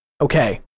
okay